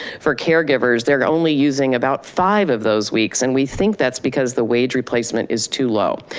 for caregivers, they're only using about five of those weeks, and we think that's because the wage replacement is too low.